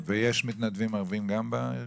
ויש מתנדבים ערביים גם בארגונים האלה?